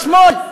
בשמאל?